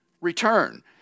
return